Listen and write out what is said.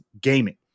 gaming